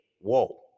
Whoa